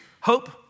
Hope